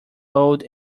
old